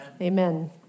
Amen